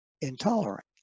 intolerant